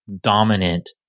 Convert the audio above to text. dominant